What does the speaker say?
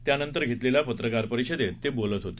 त्यानंतर घेतलेल्या पत्रकार परिषदेत ते बोलत होते